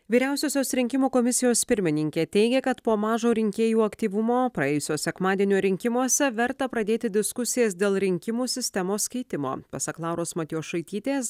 vyriausiosios rinkimų komisijos pirmininkė teigia kad po mažo rinkėjų aktyvumo praėjusio sekmadienio rinkimuose verta pradėti diskusijas dėl rinkimų sistemos keitimo pasak lauros matjošaitytės